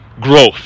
growth